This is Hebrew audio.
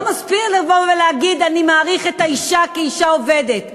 לא מספיק לבוא ולהגיד: אני מעריך את האישה כאישה עובדת,